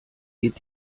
geht